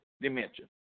dimension